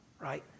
right